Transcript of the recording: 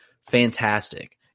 fantastic